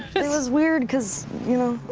it was weird because, you know,